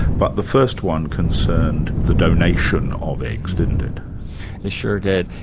but the first one concerned the donation of eggs, didn't it? it sure did.